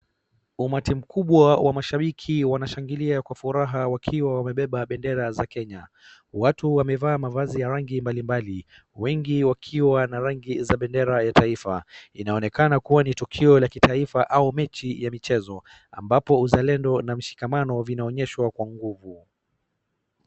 Umati mkubwa wa mashabiki wanashangalia kwa furaha wakiwa wamebeba bendera za Kenya. Watu wamevaa mavazi ya rangi mbalimbali. Wengi wakiwa na rangi za bendera ya taifa. Inaonekana kuwa ni tukio la kitaifa au mechi ya michezo ambapo mshikamano na uzalendo zinaonyeshwa kwa nguvu.